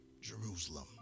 Jerusalem